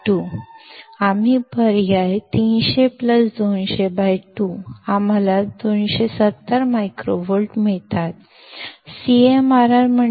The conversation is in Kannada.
Vc V1V22 ಆಗಿದೆ ನಾವು 300 200 2 ಬದಲಿ ಮಾಡಿದರೆ ನಾವು 270 ಮೈಕ್ರೊವೋಲ್ಟ್ಗಳನ್ನು ಪಡೆಯುತ್ತೇವೆ